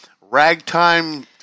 ragtime